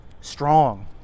Strong